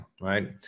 right